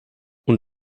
und